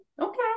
Okay